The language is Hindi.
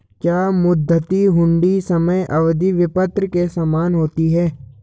क्या मुद्दती हुंडी समय अवधि विपत्र के समान होती है?